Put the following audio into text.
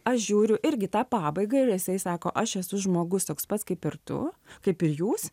aš žiūriu irgi tą pabaigą ir jisai sako aš esu žmogus toks pat kaip ir tu kaip ir jūs